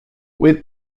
with